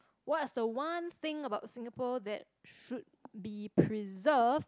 what's the one thing about Singapore that should be preserved